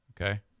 Okay